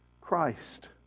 Christ